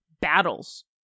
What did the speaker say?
battles